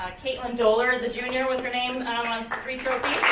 ah catelin doler is a junior with her name on um on three trophies.